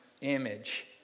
image